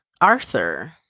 Arthur